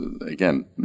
again